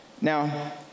Now